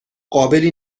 قابلی